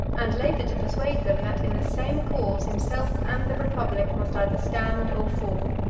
and labored to persuade them, that in the same cause himself and the republic must either stand or fall.